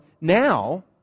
now